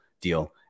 deal